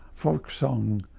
folk song